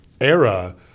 era